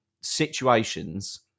situations